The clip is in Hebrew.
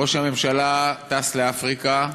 ראש הממשלה טס לאפריקה,